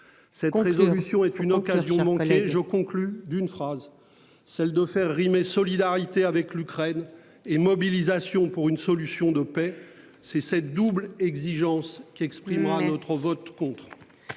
Cette résolution est une occasion manquée je conclut d'une phrase, celle de faire rimer solidarité avec l'Ukraine et mobilisation pour une solution de paix. C'est cette double exigence qu'exprimera notre vote contre.